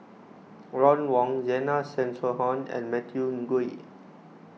Ron Wong Zena Tessensohn and Matthew Ngui